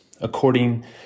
According